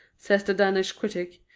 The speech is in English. says the danish critic,